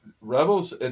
rebels